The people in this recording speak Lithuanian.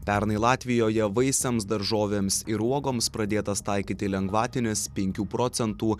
pernai latvijoje vaisiams daržovėms ir uogoms pradėtas taikyti lengvatinis penkių procentų